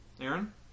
Aaron